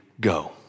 go